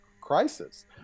crisis